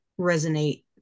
resonate